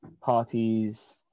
parties